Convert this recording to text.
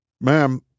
Ma'am